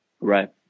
Right